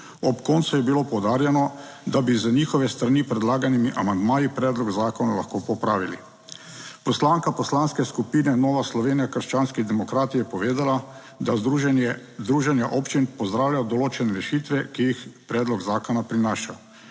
Ob koncu je bilo poudarjeno, da bi z njihove strani predlaganimi amandmaji predlog zakona lahko popravili. Poslanka Poslanske skupine Nova Slovenija - krščanski demokrati je povedala, da Združenje, Združenja občin pozdravlja določene rešitve, ki jih predlog zakona prinaša.